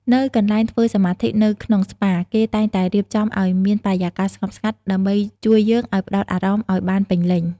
នៅកន្លែងធ្វើសមាធិនៅក្នុងស្ប៉ា គេតែងតែរៀបចំឲ្យមានបរិយាកាសស្ងប់ស្ងាត់ដើម្បីជួយយើងឱ្យផ្តោតអារម្មណ៍ឱ្យបានពេញលេញ។